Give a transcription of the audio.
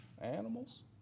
animals